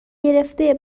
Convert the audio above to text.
گرفته